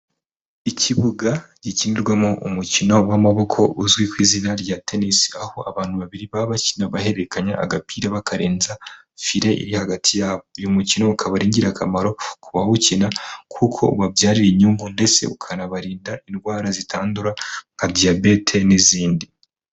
Ikibuga gikinirwamo umukino w'amaboko uzwi ku izina rya tenisi, aho abantu babiri baba bakina bahererekanya agapira bakarenza fire iri hagati yabo, uyu mukino ukaba ari ingirakamaro ku bawukina, kuko ubabyarira inyungu ndetse ukanabarinda indwara zitandura nka diyabete n'izindi.